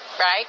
right